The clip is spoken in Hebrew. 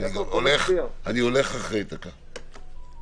ואני הולך אחרי דקה,